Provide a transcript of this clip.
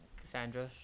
Cassandra